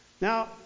Now